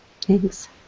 Thanks